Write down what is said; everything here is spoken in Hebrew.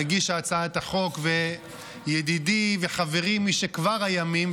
מגיש הצעת החוק וידידי וחברי משכבר הימים,